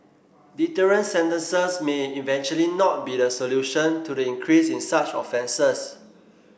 deterrent sentences may eventually not be the solution to the increase in such offences